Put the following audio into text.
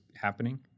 happening